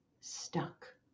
stuck